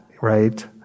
Right